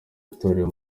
itorero